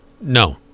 No